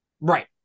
right